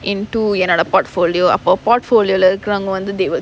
into என்னோட:ennoda portfolio அப்ப:appe portfolio lah இருக்குறவங்க வந்து:irukkuravanga vanthu they will